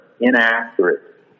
inaccurate